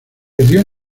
perdió